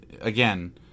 again